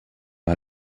how